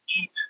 eat